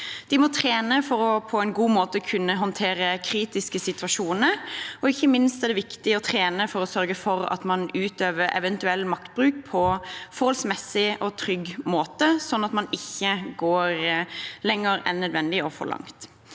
De må trene for på en god måte å kunne håndtere kritiske situasjoner. Ikke minst er det viktig å trene for å sørge for at man utøver eventuell maktbruk på en forholdsmessig og trygg måte, slik at man ikke går lenger enn nødvendig og for langt.